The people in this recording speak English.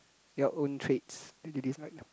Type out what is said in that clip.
your own traits you dislike now